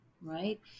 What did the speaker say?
right